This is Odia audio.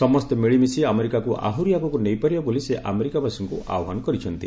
ସମସ୍ତେ ମିଳିମିଶି ଆମେରିକାକୁ ଆହୁରି ଆଗକୁ ନେଇପାରିବା ବୋଲି ସେ ଆମେରିକାବାସୀଙ୍କୁ ଆହ୍ବାନ କରିଛନ୍ତି